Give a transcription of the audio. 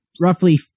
roughly